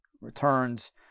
returns